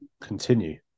continue